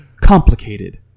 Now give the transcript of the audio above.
complicated